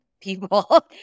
people